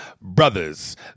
brothers